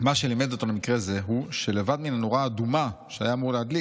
מה שלימד אותו מקרה זה הוא שלבד מהנורה האדומה שהיה אמור להדליק